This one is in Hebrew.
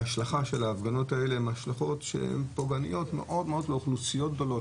ההשלכה של ההפגנות האלה הן השלכות שהן פוגעניות מאוד באוכלוסיות גדולות,